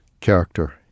character